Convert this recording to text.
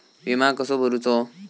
विमा कसो भरूचो?